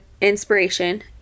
inspiration